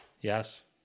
Yes